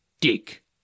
Dick